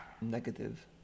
negative